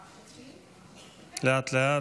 לאט-לאט,